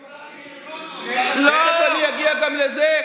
יש כלים וולונטריים, תכף אני אגיע גם לזה.